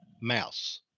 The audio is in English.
mouse